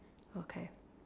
okay